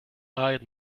eyed